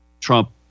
Trump